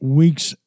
week's